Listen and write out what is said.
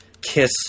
kiss